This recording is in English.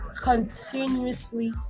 continuously